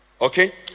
Okay